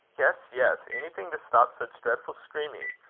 yes, yes anything to stop such dreadful screaming.